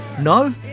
No